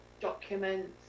documents